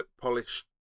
polished